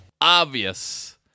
Obvious